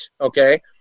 okay